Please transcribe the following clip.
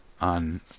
on